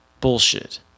bullshit